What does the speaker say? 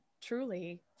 truly